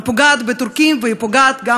היא פוגעת בטורקים והיא פוגעת גם